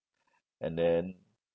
and then